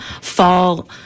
fall